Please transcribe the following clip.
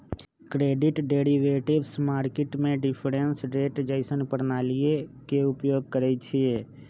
credit derivatives market में difference rate जइसन्न प्रणालीइये के उपयोग करइछिए